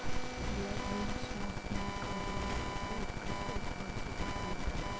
black bean sauce में काजू और टोफू उत्कृष्ट और स्वाद से भरपूर थे